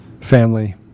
family